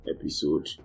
episode